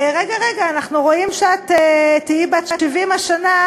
רגע, רגע, אנחנו רואים שאת תהיי בת 70 השנה,